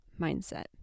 mindset